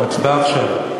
הצבעה עכשיו.